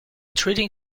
treating